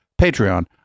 Patreon